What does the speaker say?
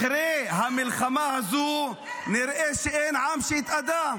אחרי המלחמה הזו נראה שאין עם שהתאדה,